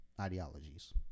ideologies